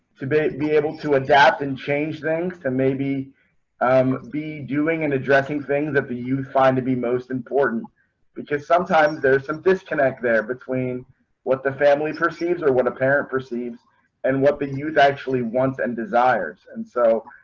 to be be able to adapt and change things to maybe um be doing and addressing things that the youth find to be most important because sometimes there's some disconnect there between what the family perceives or what apparent perceives and what they use actually wants and desires and so